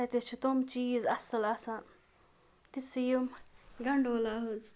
تَتہِ حظ چھِ تِم چیٖز اَصٕل آسان تِژھٕ یِم گَنٛڈولا حظ